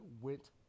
went